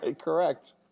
Correct